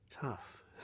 tough